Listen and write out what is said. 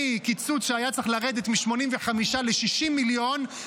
מקיצוץ שהיה צריך לרדת מ-85 ל-60 מיליון,